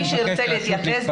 מי שירצה להתייחס,